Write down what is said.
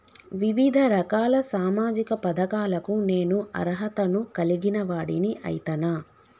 వివిధ రకాల సామాజిక పథకాలకు నేను అర్హత ను కలిగిన వాడిని అయితనా?